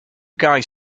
guys